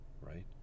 right